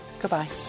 Goodbye